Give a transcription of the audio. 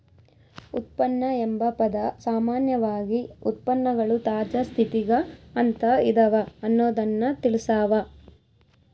ಉತ್ಪನ್ನ ಎಂಬ ಪದ ಸಾಮಾನ್ಯವಾಗಿ ಉತ್ಪನ್ನಗಳು ತಾಜಾ ಸ್ಥಿತಿಗ ಅಂತ ಇದವ ಅನ್ನೊದ್ದನ್ನ ತಿಳಸ್ಸಾವ